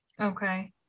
Okay